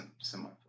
similar